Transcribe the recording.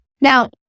Now